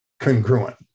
congruent